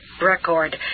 record